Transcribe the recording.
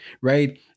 right